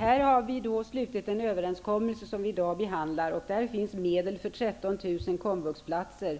Herr talman! Vi har slutit en överenskommelse som vi behandlar i dag. Där finns medel för 13 000 komvuxplatser,